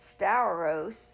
stauros